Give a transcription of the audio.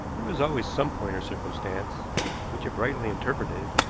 there is always some point or circumstance which, if rightly interpreted,